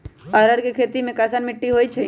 अरहर के खेती मे कैसन मिट्टी होइ?